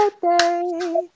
birthday